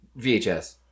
VHS